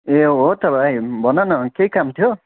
ए हो त भाइ भन न केही काम थियो